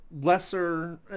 lesser